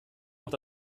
noch